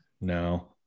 No